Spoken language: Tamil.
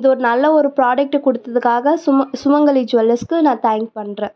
இது ஒரு நல்ல ஒரு ப்ராடெக்டை கொடுத்ததுக்காக சும சுமங்கலி ஜுவல்லர்ஸ்க்கு நான் தேங்க் பண்ணுறேன்